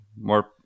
More